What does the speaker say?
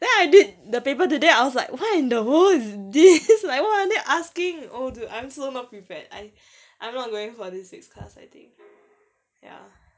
then I did the paper today I was like what in the world is this like what are they asking oh dude I'm so not prepared I I'm not going for this week's class I think ya